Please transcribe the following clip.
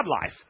life